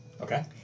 Okay